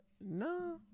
No